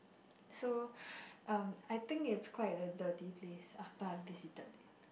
so um I think it's quite a dirty place after I visited it